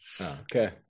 Okay